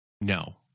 No